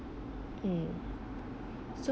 mm so